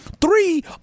three